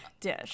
dish